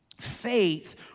Faith